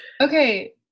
Okay